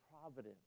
providence